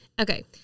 okay